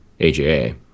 aja